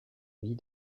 vie